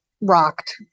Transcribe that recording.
rocked